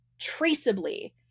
traceably